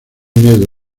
miedo